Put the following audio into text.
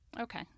Okay